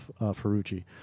Ferrucci